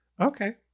Okay